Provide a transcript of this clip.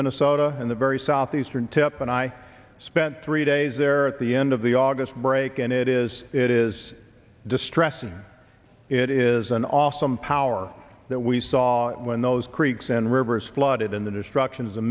minnesota in the very southeastern tip and i spent three days there at the end of the august break and it is it is distressing it is an awesome power that we saw when those creeks and rivers flooded in the destruction is